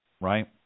right